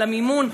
על המימון,